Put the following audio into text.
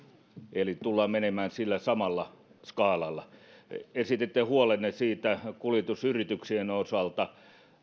eli tullaan menemään sillä samalla skaalalla esititte huolenne kuljetusyrityksien osalta